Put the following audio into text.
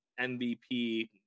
MVP